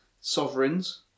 sovereigns